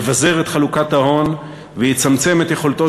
יבזר את חלוקת ההון ויצמצם את יכולתו